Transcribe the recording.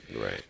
Right